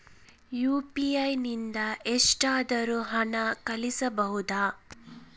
UPI ನಿಂದ ಎಷ್ಟಾದರೂ ಹಣ ಕಳಿಸಬಹುದಾ?